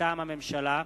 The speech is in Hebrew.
מטעם הממשלה: